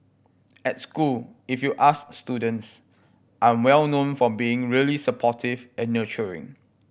at school if you ask students I'm well known for being really supportive and nurturing